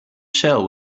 shell